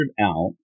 out